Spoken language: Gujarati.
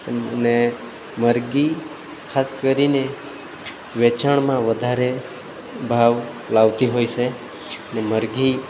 સંગ અને મરઘી ખાસ કરીને વેચાણમાં વધારે ભાવ લાવતી હોય છે ને મરઘી